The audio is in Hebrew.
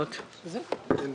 זה ביחד עם